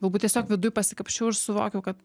galbūt tiesiog viduj pasikapsčiau ir suvokiau kad